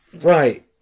right